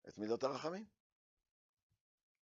את מידות הרחמים